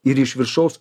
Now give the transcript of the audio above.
ir iš viršaus